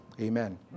Amen